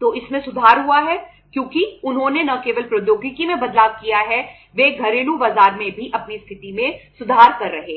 तो इसमें सुधार हुआ है क्योंकि उन्होंने न केवल प्रौद्योगिकी में बदलाव किया है वे घरेलू बाजार में भी अपनी स्थिति में सुधार कर रहे हैं